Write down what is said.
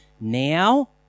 Now